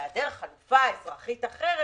שבהיעדר חלופה אזרחית אחרת,